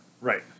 Right